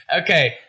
okay